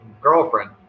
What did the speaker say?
girlfriend